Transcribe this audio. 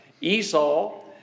Esau